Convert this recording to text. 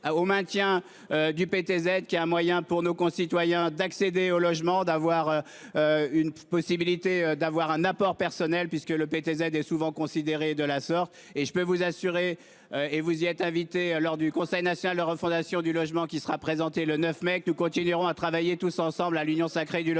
au maintien. Du PTZ, qui est un moyen pour nos concitoyens d'accéder au logement d'avoir. Une possibilité d'avoir un apport personnel puisque le PTZ est souvent considéré de la sorte. Et je peux vous assurer et vous y êtes invités lors du Conseil national de refondation du logement qui sera présenté le 9 mec. Nous continuerons à travailler tous ensemble à l'union sacrée du logement.